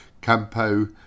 Campo